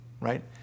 right